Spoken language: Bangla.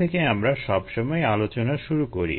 থেকেই আমরা সবসময় আলোচনা শুরু করি